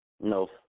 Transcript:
No